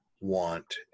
want